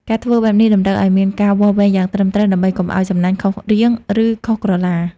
ការធ្វើបែបនេះតម្រូវឲ្យមានការវាស់វែងយ៉ាងត្រឹមត្រូវ ដើម្បីកុំឲ្យសំណាញ់ខុសរាង ឬខុសក្រឡា។